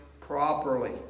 properly